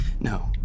No